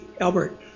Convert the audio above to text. albert